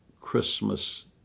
Christmas